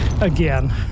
again